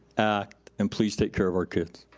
act, and please take care of our kids.